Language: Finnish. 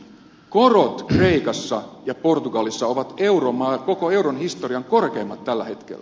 korot kreikassa ja portugalissa ovat koko euron historian korkeimmat tällä hetkellä